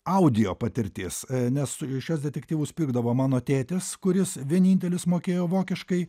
audio patirtis nes šiuos detektyvus pirkdavo mano tėtis kuris vienintelis mokėjo vokiškai